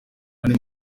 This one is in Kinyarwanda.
mani